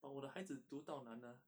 but 我的孩子读到难啊